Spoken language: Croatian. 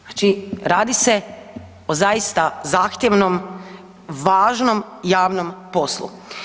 Znači radi se o zaista zahtjevnom i važnom javnom poslu.